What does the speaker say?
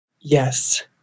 Yes